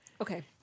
Okay